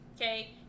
okay